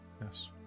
Yes